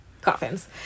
coffins